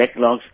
backlogs